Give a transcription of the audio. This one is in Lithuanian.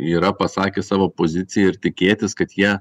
yra pasakę savo poziciją ir tikėtis kad jie